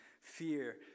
fear